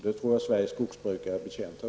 Det tror jag Sveriges skogsbrukare är betjänta av.